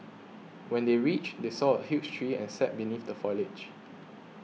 when they reached they saw a huge tree and sat beneath the foliage